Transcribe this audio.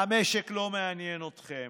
המשק לא מעניין אתכם,